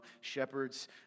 shepherds